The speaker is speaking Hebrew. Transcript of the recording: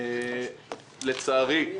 לצערי,